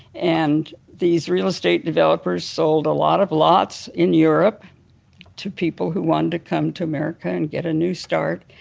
and these real estate developers sold a lot of lots in europe to people who wanted to come to america and get a new start.